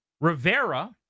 Rivera